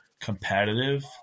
competitive